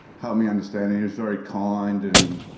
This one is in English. helped me understand, and he was very kind and